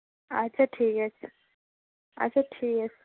আচ্ছা ঠিক আছে আচ্ছা ঠিক আছে